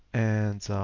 and